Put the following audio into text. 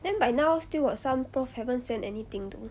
then by now still got some prof haven't send anything though